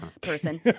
person